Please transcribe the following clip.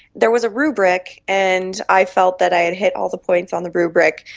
there was a rubric and i felt that i had hit all the points on the rubric,